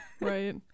Right